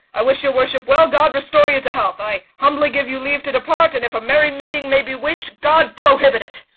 i wish your worship well god restore you to health! i humbly give you leave to depart, and if a merry meeting may be wished, god prohibit it!